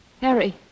Harry